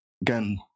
again